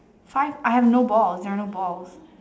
five I have no balls there are no balls